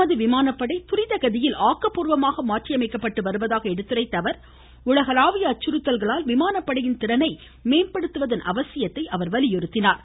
நமது விமானப்படை துரித கதியில் ஆக்கப்பூர்வமான மாற்றி அமைக்கப்பட்டு வருவதாக எடுத்துரைத்தஅவர் உலகளாவிய அச்சுறுத்தல்களால் விமான்பபடையின் திறனை மேம்படுத்துவதன் அவசியத்தை வலியுறுத்தினார்